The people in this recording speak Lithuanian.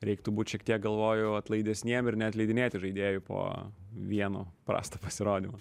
reiktų būt šiek tiek galvoju atlaidesniem ir neatleidinėti žaidėjų po vieno prasto pasirodymo